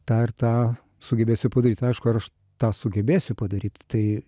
tą ir tą sugebėsiu padaryt aišku ar aš tą sugebėsiu padaryt tai